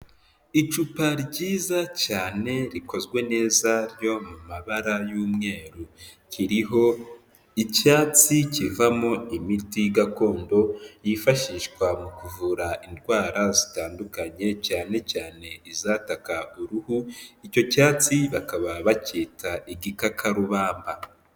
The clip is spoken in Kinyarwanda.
Icupa ryiza cyane rikozwe neza ryo mu mabara y'umweru, kiriho icyatsi kivamo imiti gakondo yifashishwa mu kuvura indwara zitandukanye cyane cyane izataka uruhu, icyo cyatsi bakaba bacyita igikakarubamba.